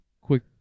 Quick